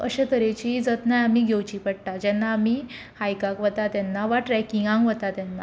अशे तरेची जतनाय आमी घेवची पडटा जेन्ना आमी हायकाक वता तेन्ना वा ट्रॅकिंगाक वता तेन्ना